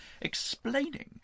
explaining